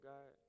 God